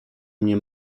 mnie